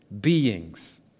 beings